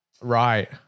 Right